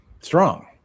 Strong